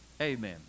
Amen